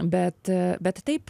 bet bet taip